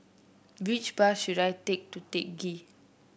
which bus should I take to Teck Ghee